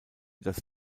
das